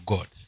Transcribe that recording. God